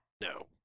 No